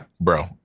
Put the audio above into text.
bro